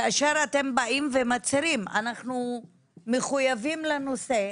כשאתם מצהירים: אנו מחויבים לנושא.